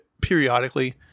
periodically